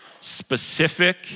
specific